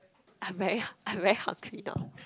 I'm very I'm very hungry now